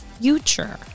future